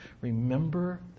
Remember